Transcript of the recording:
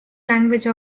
language